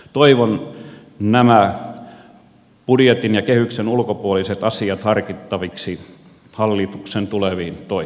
toivon nämä budjetin ja kehyksen ulkopuoliset asiat harkittaviksi hallituksen tuleviin toimiin